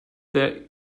their